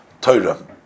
Torah